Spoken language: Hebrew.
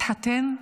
התחתן.